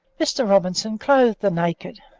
mr. robinson clothed the naked,